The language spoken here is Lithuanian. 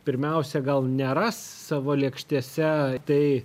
pirmiausia gal neras savo lėkštėse tai